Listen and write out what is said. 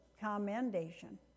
commendation